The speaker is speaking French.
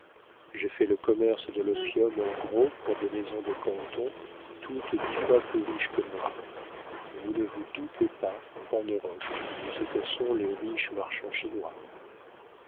j'ai fait le commerce de l'opium en gros pour des maisons de canton toutes dix fois plus riches que moi vous ne vous doutez pas en europe de ce que sont les riches marchands